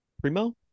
Primo